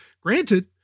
granted